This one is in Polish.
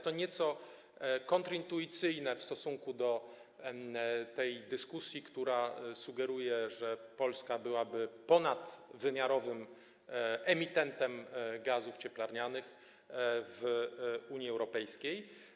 To nieco kontrintuicyjne w stosunku do dyskusji, w której sugeruje się, że Polska byłaby ponadwymiarowym emitentem gazów cieplarnianych w Unii Europejskiej.